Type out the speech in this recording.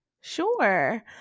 Sure